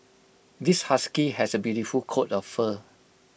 this husky has A beautiful coat of fur